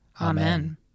Amen